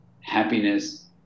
happiness